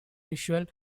visual